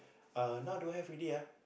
uh now don't have already ah